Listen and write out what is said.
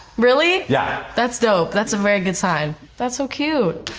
really? yeah. that's dope. that's a very good sign. that's so cute.